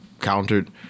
countered